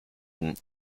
lake